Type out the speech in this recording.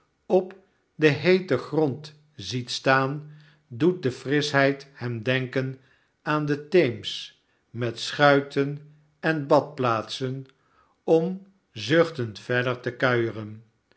op den heeten grond ziet staan doet de frischheid hem denken aan den teems met schuiten en badplaatsen om zuchtend verder te kuieren